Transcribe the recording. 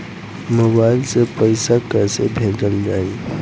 Mobile से पैसा कैसे भेजल जाइ?